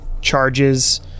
charges